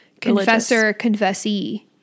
confessor-confessee